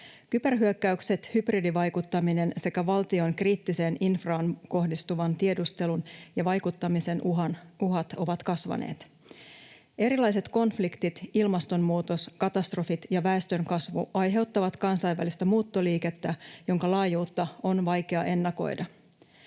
Kyberhyökkäykset, hybridivaikuttaminen sekä valtion kriittiseen infraan kohdistuvan tiedustelun ja vaikuttamisen uhat ovat kasvaneet. Erilaiset konfliktit, ilmastonmuutos, katastrofit ja väestönkasvu aiheuttavat kansainvälistä muuttoliikettä, jonka laajuutta on vaikea ennakoida.